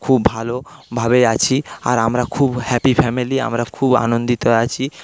খুব ভালো ভাবে আছি আর আমরা খুব হ্যাপি ফ্যামিলি আমরা খুব আনন্দিত আছি